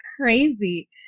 crazy